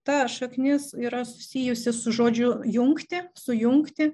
ta šaknis yra susijusi su žodžiu jungti sujungti